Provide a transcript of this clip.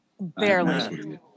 Barely